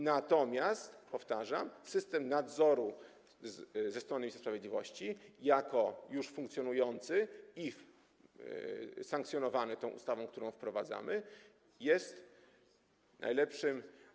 Natomiast, powtarzam, system nadzoru ze strony ministra sprawiedliwości jako już funkcjonujący i sankcjonowany tą ustawą, którą wprowadzamy, jest najlepszym.